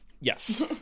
yes